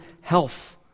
health